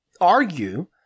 argue